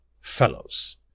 Fellows